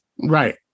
Right